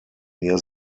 near